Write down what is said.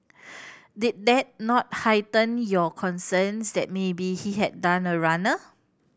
did that not heighten your concerns that maybe he had done a runner